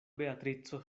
beatrico